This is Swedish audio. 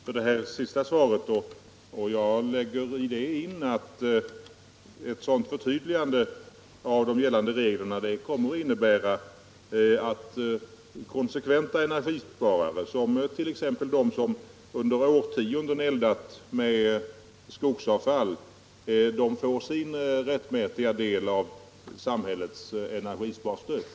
Herr talman! Jag tackar för det senaste beskedet. Jag tolkar det så att ett förtydligande av de gällande reglerna kommer att innebära att konsekventa energisparare, t.ex. de som under årtionden eldat med skogsavfall, får sin rättmätiga del av samhällets energisparstöd.